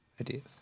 ideas